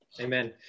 Amen